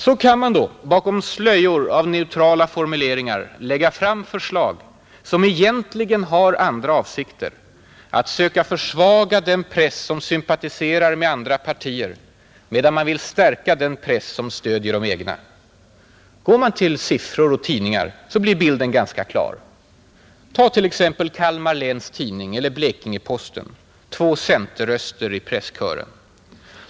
Så kan man då bakom slöjor av neutrala formuleringar lägga fram förslag som egentligen har andra avsikter: att söka försvaga den press som sympatiserar med andra partier medan man vill stärka den press som stödjer de egna. Går vi till siffror och tidningar blir bilden ganska klar. Ta t.ex. Kalmar Läns Tidning eller Blekinge-Posten, två centerröster i presskören.